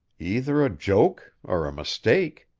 either a joke or a mistake,